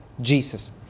Jesus